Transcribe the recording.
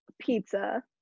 pizza